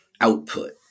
output